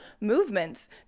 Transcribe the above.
movements